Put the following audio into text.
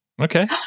Okay